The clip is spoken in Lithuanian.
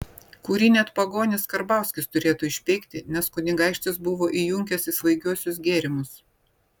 kurį net pagonis karbauskis turėtų išpeikti nes kunigaikštis buvo įjunkęs į svaigiuosius gėrimus